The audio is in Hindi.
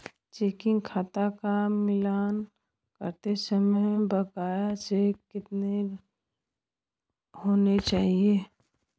चेकिंग खाते का मिलान करते समय बकाया चेक कितने होने चाहिए?